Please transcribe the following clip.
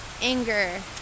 anger